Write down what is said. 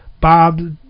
Bob